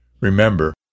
Remember